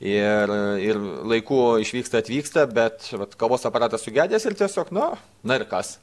ir ir laiku išvyksta atvyksta bet vat kavos aparatas sugedęs ir tiesiog nu na ir kas